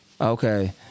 Okay